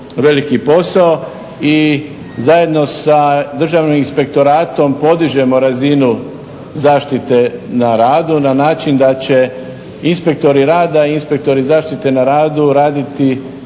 veliki posao i zajedno sa Državnim inspektoratom podižemo razinu zaštite na radu na način da će inspektori rada i inspektori zaštite na radu raditi